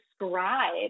describe